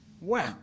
Wow